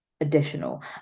additional